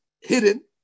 hidden